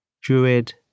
druid